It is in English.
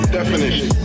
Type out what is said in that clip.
definition